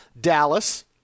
Dallas